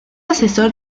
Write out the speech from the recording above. asesor